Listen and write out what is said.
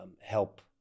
help